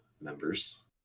members